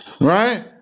Right